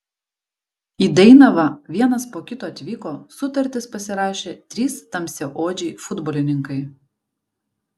į dainavą vienas po kito atvyko sutartis pasirašė trys tamsiaodžiai futbolininkai